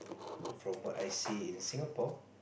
from what I see in Singapore